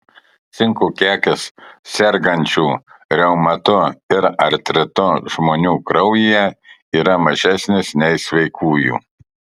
cinko kiekis sergančių reumatu ir artritu žmonių kraujyje yra mažesnis nei sveikųjų